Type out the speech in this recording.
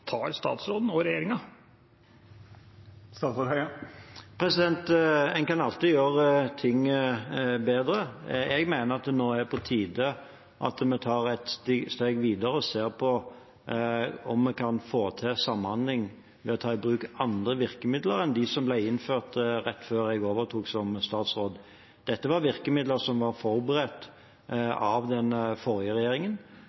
tar statsråden og regjeringa? En kan alltid gjøre ting bedre. Jeg mener at det nå er på tide at vi tar et steg videre og ser på om vi kan få til samhandling ved å ta i bruk andre virkemidler enn dem som ble innført rett før jeg overtok som statsråd. Dette var virkemidler som var forberedt